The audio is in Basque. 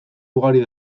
ugari